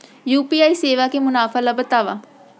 UPI सेवा के मुनाफा ल बतावव?